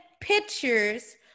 pictures